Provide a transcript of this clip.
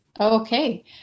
Okay